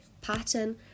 pattern